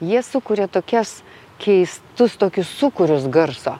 jie sukuria tokias keistus tokius sūkurius garso